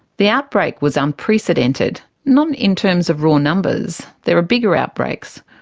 the outbreak was unprecedented, not in terms of raw numbers, there are bigger outbreaks,